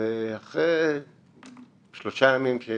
אחרי שלושה ימים,